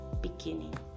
beginning